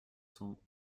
cents